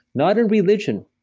not in religion.